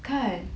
kan